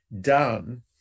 done